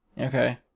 Okay